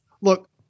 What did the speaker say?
Look